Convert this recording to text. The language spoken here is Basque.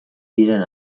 diren